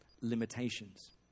limitations